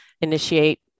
initiate